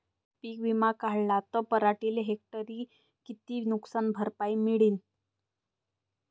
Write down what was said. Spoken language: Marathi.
पीक विमा काढला त पराटीले हेक्टरी किती नुकसान भरपाई मिळीनं?